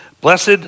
Blessed